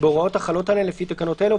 בהוראות החלות עליהן לפי תקנות אלה,